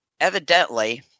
evidently